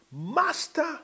master